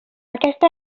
aquesta